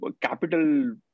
capital